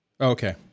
Okay